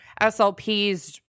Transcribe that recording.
SLP's